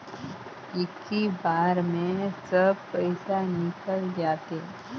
इक्की बार मे सब पइसा निकल जाते?